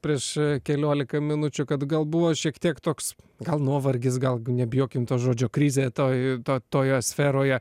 prieš keliolika minučių kad gal buvo šiek tiek toks gal nuovargis gal nebijokim to žodžio krizė toj toje sferoje